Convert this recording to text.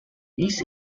east